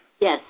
Yes